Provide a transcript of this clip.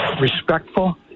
respectful